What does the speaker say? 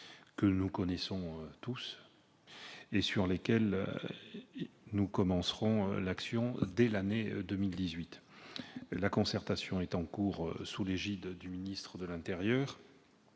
que nous connaissons tous et dans lesquels nous commencerons l'action dès l'année 2018. La concertation est en cours sous l'égide du ministre d'État,